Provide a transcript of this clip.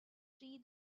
free